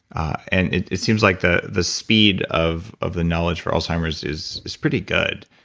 and it it seems like the the speed of of the knowledge for alzheimer's is is pretty good.